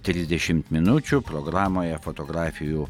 trisdešimt minučių programoje fotografijų